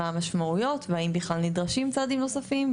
המשמעויות והאם בכלל נדרשים צעדים נוספים,